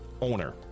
owner